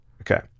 Okay